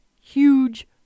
huge